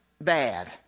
bad